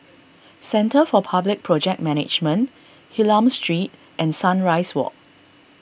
Centre for Public Project Management Hylam Street and Sunrise Walk